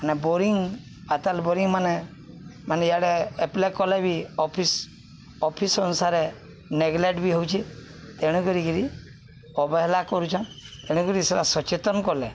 ମାନେ ବୋରିଂ ଆତଲ ବୋରିଂ ମାନେ ମାନେ ଇଆଡ଼େ ଏପ୍ଲାଏ କଲେ ବି ଅଫିସ ଅଫିସ ଅନୁସାରେ ନେଗ୍ଲେକ୍ଟ ବି ହଉଚି ତେଣୁ କରିକିରି ଅବହେଲା କରୁଚନ୍ ତେଣୁକରି ସେଟା ସଚେତନ କଲେ